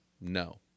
no